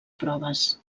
proves